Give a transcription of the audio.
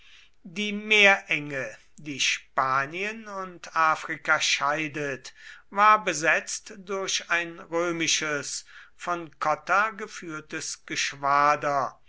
die meerenge die spanien und afrika scheidet war besetzt durch ein römisches von cotta geführtes geschwader